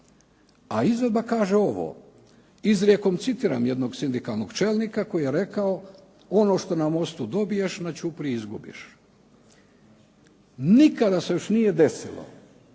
a izvedba kaže ovo. Izrijekom citiram jednog sindikalnog čelnika koji je rekao "Ono što na mostu dobiješ, na ćupriji izgubiš". Nikada se nije desilo